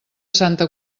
santa